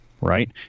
Right